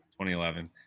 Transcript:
2011